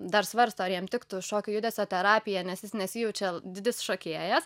dar svarsto ar jam tiktų šokio judesio terapija nes jis nesijaučia didis šokėjas